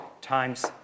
times